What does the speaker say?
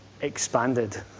expanded